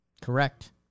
Correct